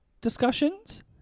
discussions